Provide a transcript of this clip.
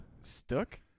Stuck